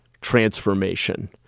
transformation